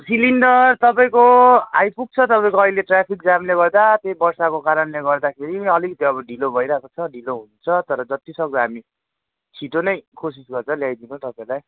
cylinder तपाईँको आइपुग्छ तपाईँको अहिले ट्राफिक जामले गर्दा त्यही वर्षाको कारणले गर्दाखेरि अलिकति अब ढिलो भइरहेको छ ढिलो हुन्छ तर जतिसक्दो हामी छिट्टो नै कोसिस गर्छ लियाइदिने तपाईँलाई